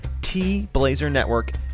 tblazernetwork